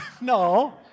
No